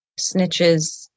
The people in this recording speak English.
snitches